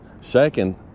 Second